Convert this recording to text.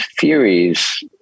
theories